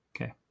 Okay